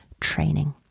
training